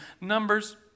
Numbers